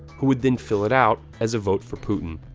who would then fill it out as a vote for putin.